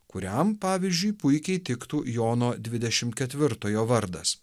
kuriam pavyzdžiui puikiai tiktų jono dvidešim ketvirtojo vardas